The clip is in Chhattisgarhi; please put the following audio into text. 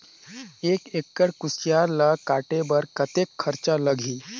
एक एकड़ कुसियार ल काटे बर कतेक खरचा लगही?